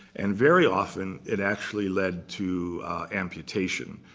and very often, it actually led to amputation.